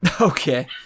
Okay